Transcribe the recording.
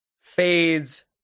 fades